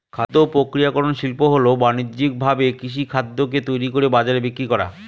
খাদ্য প্রক্রিয়াকরন শিল্প হল বানিজ্যিকভাবে কৃষিখাদ্যকে তৈরি করে বাজারে বিক্রি করা